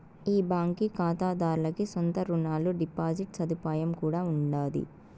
ఈ బాంకీ కాతాదార్లకి సొంత రునాలు, డిపాజిట్ సదుపాయం కూడా ఉండాది